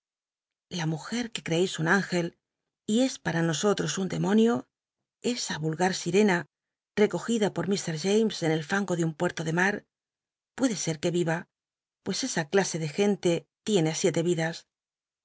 la mujer que crecis un úngcl y es para nosotros un demon io esa ll lgaj si rena recogida por mr james en el fango de un puerto de mar que yiva pues esa clase de gente tiene siete vidas